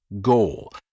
goal